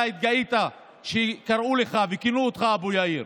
אתה התגאית שקראו לך וכינו אותך "אבו יאיר".